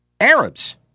Arabs